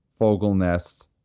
Fogelnest